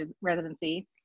residency